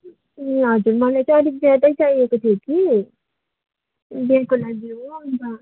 ए हजुर मलााईँ चाहिँ अलिक ज्यादै चाहिएको थियो कि बिहाको लागि हो अन्त